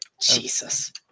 Jesus